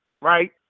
right